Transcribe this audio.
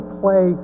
play